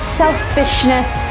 selfishness